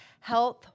health